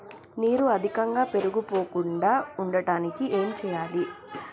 నీరు అధికంగా పేరుకుపోకుండా ఉండటానికి ఏం చేయాలి?